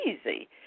easy